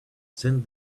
sent